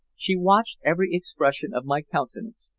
she watched every expression of my countenance,